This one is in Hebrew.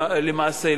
למעשה,